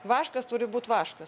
vaškas turi būt vaškas